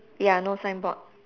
ya no signboard